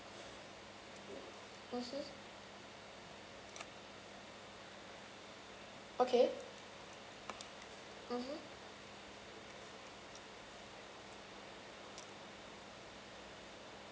mmhmm okay mmhmm